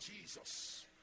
jesus